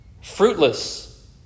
Fruitless